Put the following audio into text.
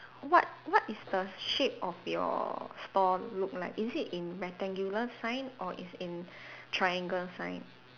what what is the shape of your store look like is it in rectangular sign or it's in triangle sign